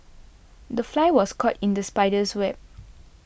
the fly was caught in the spider's web